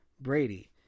Brady